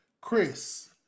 chris